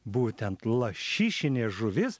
būtent lašišinė žuvis